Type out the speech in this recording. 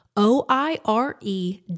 O-I-R-E